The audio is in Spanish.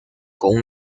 con